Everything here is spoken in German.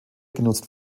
genutzt